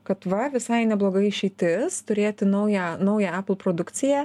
kad va visai nebloga išeitis turėti naują naują epul produkciją